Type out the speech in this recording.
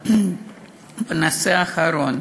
האחרון,